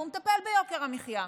והוא מטפל ביוקר המחיה,